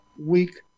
week